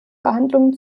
verhandlungen